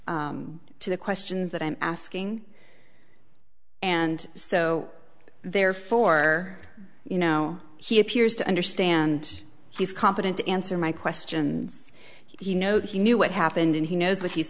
t to the questions that i'm asking and so therefore you know he appears to understand he's competent to answer my questions you know he knew what happened and he knows what he's